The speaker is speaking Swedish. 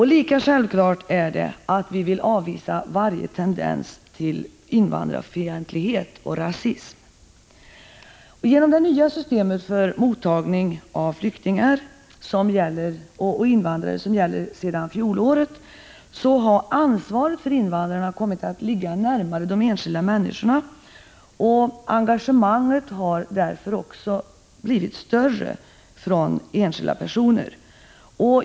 Lika självklart är det att vi vill avvisa varje tendens till invandrarfientlighet och rasism. Genom det nya system för mottagning av flyktingar och invandrare som gäller sedan fjolåret har ansvaret för invandrarna kommit att ligga närmare de enskilda människorna, och engagemanget från enskilda personer har därför också blivit större.